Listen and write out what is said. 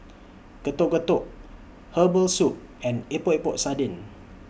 Getuk Getuk Herbal Soup and Epok Epok Sardin